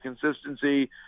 consistency